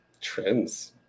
Trends